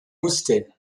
musste